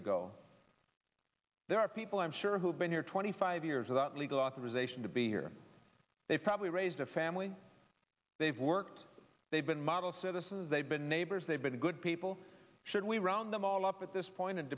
ago there are people i'm sure who have been here twenty five years without legal authorization to be here they probably raised a family they've worked they've been model citizens they've been neighbors they've been good people should we round them all up at this point and